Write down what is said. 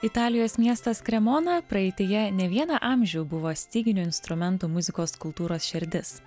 italijos miestas kremona praeityje ne vieną amžių buvo styginių instrumentų muzikos kultūros šerdis